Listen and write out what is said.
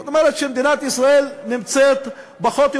זאת אומרת שמדינת ישראל נמצאת פחות או